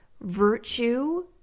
virtue